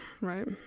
right